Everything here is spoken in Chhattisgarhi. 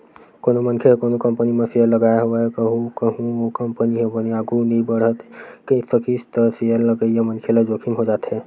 कोनो मनखे ह कोनो कंपनी म सेयर लगाय हवय अउ कहूँ ओ कंपनी ह बने आघु नइ बड़हे सकिस त सेयर लगइया मनखे ल जोखिम हो जाथे